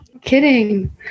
kidding